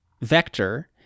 vector